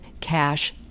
cash